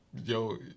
Yo